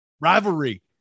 Rivalry